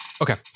okay